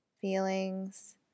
feelings